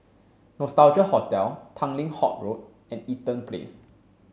Nostalgia Hotel Tanglin Halt Road and Eaton Place